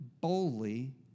boldly